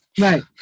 right